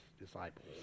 disciples